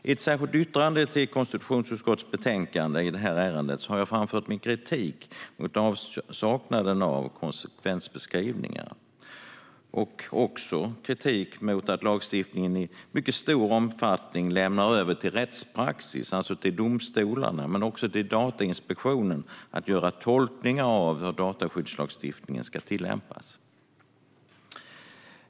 I ett särskilt yttrande i konstitutionsutskottets betänkande i detta ärende har jag framfört kritik mot avsaknaden av konsekvensbeskrivning och mot att lagstiftningen i stor omfattning lämnar över till rättspraxis, alltså till domstolarna och Datainspektionen, att göra tolkningar av hur dataskyddslagstiftningen ska tillämpas.